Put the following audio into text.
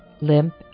limp